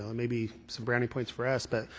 maybe some brownie points for us, but,